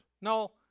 No